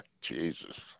Jesus